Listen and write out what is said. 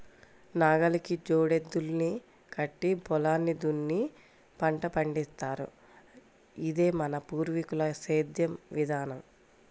నాగలికి జోడెద్దుల్ని కట్టి పొలాన్ని దున్ని పంట పండిత్తారు, ఇదే మన పూర్వీకుల సేద్దెం విధానం